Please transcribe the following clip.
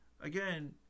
Again